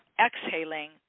exhaling